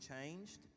changed